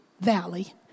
Valley